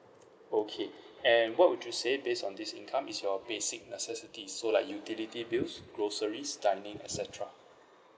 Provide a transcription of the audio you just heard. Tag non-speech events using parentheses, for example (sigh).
okay (breath) and what would you say based on this income is your basic necessities so like utility bills groceries dining et cetera